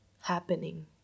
happening